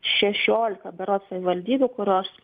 šešiolika berods savivaldybių kurios